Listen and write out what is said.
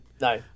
No